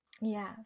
Yes